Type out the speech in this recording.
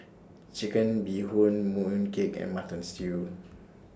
Chicken Bee Hoon Mooncake and Mutton Stew